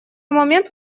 момент